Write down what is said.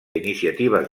iniciatives